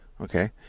okay